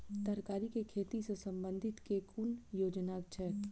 तरकारी केँ खेती सऽ संबंधित केँ कुन योजना छैक?